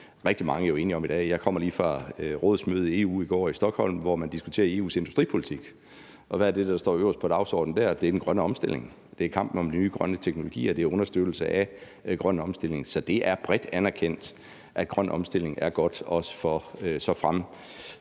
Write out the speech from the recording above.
rigtig mange jo enige om i dag. Jeg kommer lige fra et EU-rådsmøde i Stockholm i går, hvor man diskuterer EU's industripolitik. Og hvad er det, der står øverst på dagsordenen der? Det er den grønne omstilling, det er kampen om nye grønne teknologier, og det er understøttelse af grøn omstilling. Så det er bredt anerkendt, at grøn omstilling er godt, også for økonomier